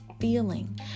feeling